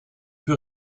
peu